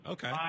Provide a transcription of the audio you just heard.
Okay